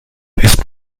ist